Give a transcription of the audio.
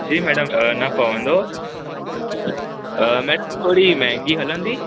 जी madam अ न पवंदो अ मै थोरी महंगी हलंदी